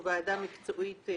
זו ועדה מקצועית פרופר.